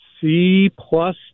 C-plus